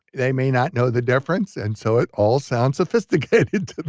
they may not know the difference, and so it all sounds sophisticated